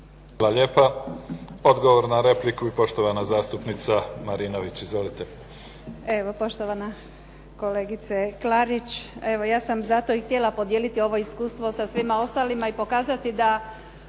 Hvala lijepa. Odgovor na repliku, poštovana zastupnica Marinović. Izvolite. **Marinović, Nevenka (HDZ)** Evo poštovana kolegice Klarić, evo ja sam zato i htjela podijeliti ovo iskustvo sa svima ostalima i pokazati da